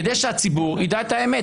כדי שהציבור ידע את האמת.